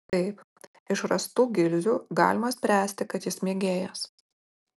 taip iš rastų gilzių galima spręsti kad jis mėgėjas